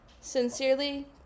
Sincerely